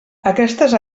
aquestes